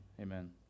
Amen